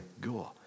go